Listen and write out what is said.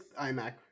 iMac